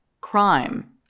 crime